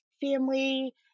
family